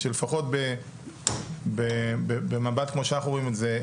שלפחות במבט כמו שאנחנו רואים את זה,